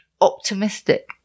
optimistic